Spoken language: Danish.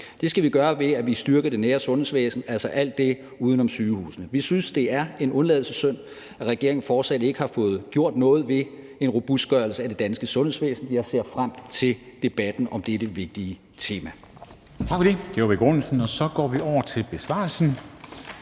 Det skal vi gøre ved, at vi styrker det nære sundhedsvæsen, altså alt det, der er uden om sygehusene. Vi synes, det er en undladelsessynd, at regeringen fortsat ikke har fået gjort noget ved en robustgørelse af det danske sundhedsvæsen. Jeg ser frem til debatten om dette vigtige tema.